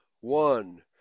one